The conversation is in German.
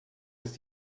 ist